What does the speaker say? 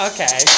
Okay